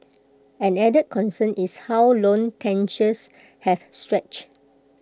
an added concern is how loan tenures have stretched